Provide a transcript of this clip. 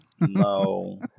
No